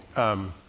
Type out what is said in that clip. um,